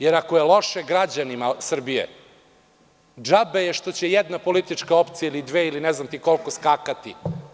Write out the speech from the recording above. Jer, ako je loše građanima Srbije, džabe je što će jedna politička opcija ili dve ili ne znam koliko skakati.